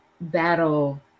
battle